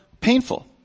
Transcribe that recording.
painful